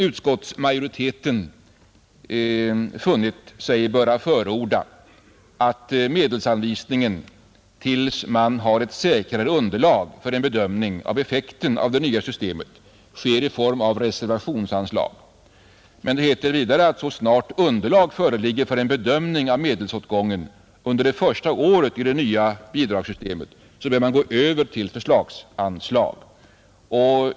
Utskottsmajoriteten har funnit sig böra förorda att medelsanvisningen tills man har ett säkrare underlag för en bedömning av effekten av det nya systemet sker i form av reservationsanslag. Men det heter vidare att så snart underlag föreligger för en bedömning av medelsåtgången under det första året med det nya bidragssystemet bör man gå över till förslagsanslag.